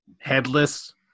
headless